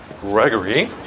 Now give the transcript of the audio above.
Gregory